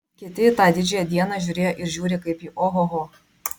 kiti į tą didžiąją dieną žiūrėjo ir žiūri kaip į ohoho